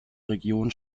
region